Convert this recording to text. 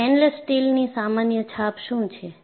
stainless સ્ટીલની સામાન્ય છાપ શું છે